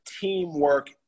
teamwork